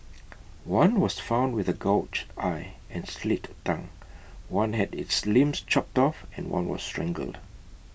one was found with A gouged eye and slit tongue one had its limbs chopped off and one was strangled